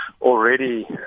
already